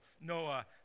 Noah